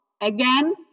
again